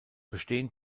bestehen